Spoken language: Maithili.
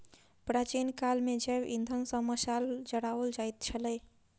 प्राचीन काल मे जैव इंधन सॅ मशाल जराओल जाइत छलै